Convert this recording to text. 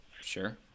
Sure